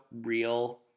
real